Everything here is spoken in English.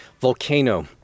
Volcano